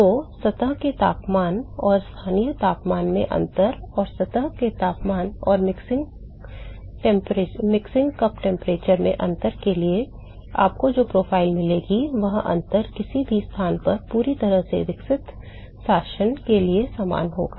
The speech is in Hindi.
तो सतह के तापमान और स्थानीय तापमान में अंतर और सतह के तापमान और मिक्सिंग कप तापमान में अंतर के लिए आपको जो प्रोफ़ाइल मिलेगी वह अंतर किसी भी स्थान पर पूरी तरह से विकसित शासन के लिए समान होगा